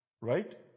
right